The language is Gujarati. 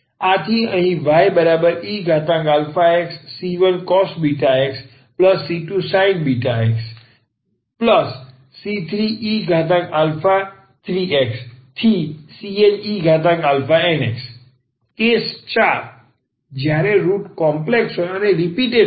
આથી અહી yeαxc1cos βx c2sin βx c3e3xcnenx case IV જ્યારે રુટ કોમ્પ્લેક્સ હોય અને તે રીપીટેટ થાય